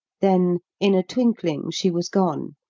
then, in a twinkling she was gone,